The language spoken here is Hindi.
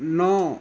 नौ